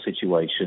situation